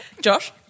Josh